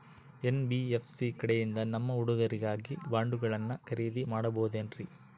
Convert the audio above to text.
NBFC ಕಡೆಯಿಂದ ನಮ್ಮ ಹುಡುಗರಿಗಾಗಿ ಬಾಂಡುಗಳನ್ನ ಖರೇದಿ ಮಾಡಬಹುದೇನ್ರಿ?